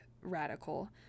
radical